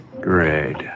Great